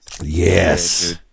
Yes